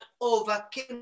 overcame